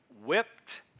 whipped